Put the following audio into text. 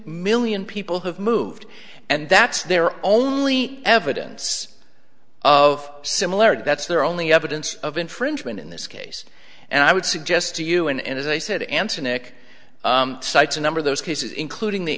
million people have moved and that's their only evidence of similarity that's their only evidence of infringement in this case and i would suggest to you and as i said answer nick cites a number of those cases including the